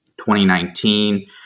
2019